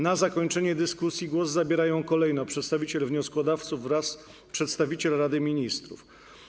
Na zakończenie dyskusji głos zabierają kolejno przedstawiciel wnioskodawców oraz przedstawiciel Rady Ministrów.